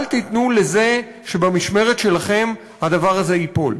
אל תיתנו שבמשמרת שלכם הדבר הזה ייפול.